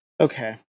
Okay